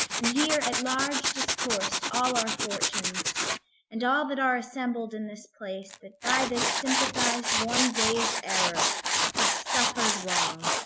and hear at large discoursed all our fortunes and all that are assembled in this place that by this sympathized one day's error have suffer'd wrong,